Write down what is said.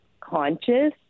conscious